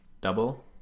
Double